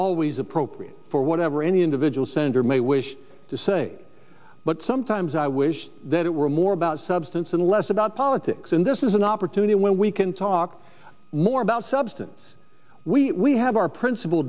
always appropriate for whatever any individual sender may wish to say but sometimes i wish that it were more about substance and less about politics and this is an opportunity where we can talk more about substance we have our princip